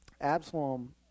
Absalom